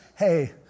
hey